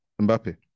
Mbappe